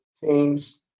teams